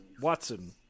Watson